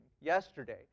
yesterday